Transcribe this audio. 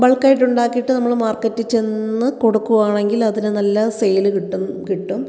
ബൾക്കായിട്ട് ഉണ്ടാക്കിട്ട് നമ്മൾ മാര്ക്കറ്റില് ചെന്ന് കൊടുക്കുകയാണെങ്കില് അതിന് നല്ല സെയിൽ കിട്ടു കിട്ടും